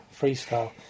freestyle